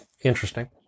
interesting